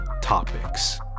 topics